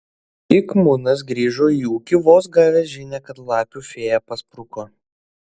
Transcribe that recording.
ik munas grįžo į ūkį vos gavęs žinią kad lapių fėja paspruko